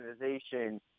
organization